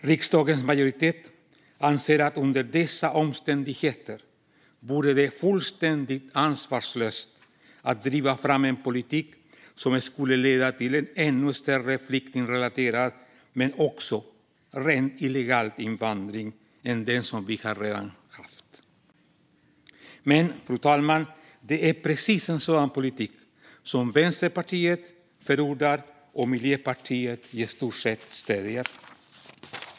Riksdagens majoritet anser att det under dessa omständigheter vore fullständigt ansvarslöst att driva fram en politik som skulle leda till en ännu större flyktingrelaterad men också rent illegal invandring än den som vi redan haft. Men, fru talman, det är precis en sådan politik som Vänsterpartiet förordar och Miljöpartiet i stort sett stöder.